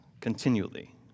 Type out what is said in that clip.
continually